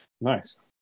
Nice